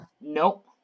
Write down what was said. Nope